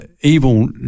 evil